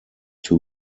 two